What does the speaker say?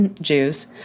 Jews